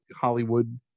Hollywood